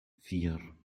vier